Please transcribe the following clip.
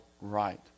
right